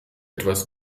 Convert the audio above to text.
etwas